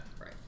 Right